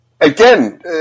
again